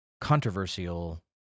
controversial